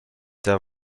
der